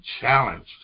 challenged